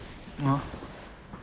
ah